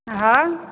हँ